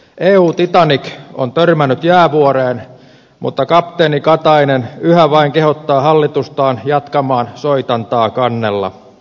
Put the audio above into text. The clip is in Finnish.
eu titanic on törmännyt jäävuoreen mutta kapteeni katainen yhä vain kehottaa hallitustaan jatkamaan soitantaa kannella